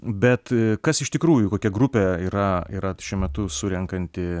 bet kas iš tikrųjų kokia grupė yra yra šiuo metu surenkanti